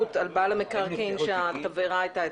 על בעל המקרקעין שהתבערה הייתה אצלו.